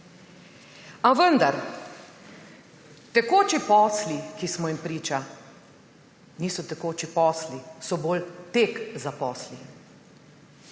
A vendar tekoči posli, ki smo jim priča, niso tekoči posli, so bolj tek za posli.